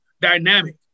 dynamic